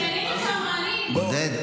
עודד,